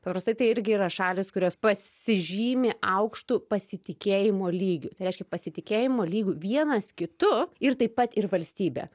paprastai tai irgi yra šalys kurios pasižymi aukštu pasitikėjimo lygiu tai reiškia pasitikėjimo lygiu vienas kitu ir taip pat ir valstybe